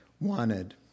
wanted